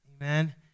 Amen